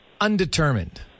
undetermined